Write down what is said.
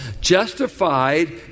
Justified